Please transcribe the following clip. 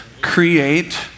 create